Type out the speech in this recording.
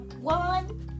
One